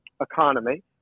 economy